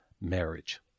marriage